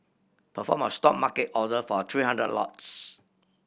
perform a Stop market order for three hundred lots